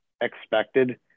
expected